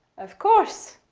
of course,